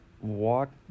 walk